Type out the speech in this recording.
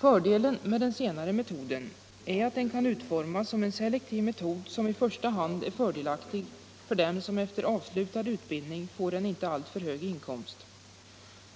Fördelen med den senare metoden är att den kan utformas som en selektiv metod som i första hand är fördelaktig för dem som efter avslutad utbildning får en inte hög inkomst.